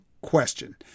question